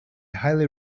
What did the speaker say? highly